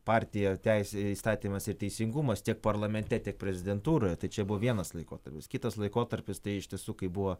partija teisė įstatymas ir teisingumas tiek parlamente tiek prezidentūroje tai čia buvo vienas laikotarpis kitas laikotarpis tai iš tiesų kai buvo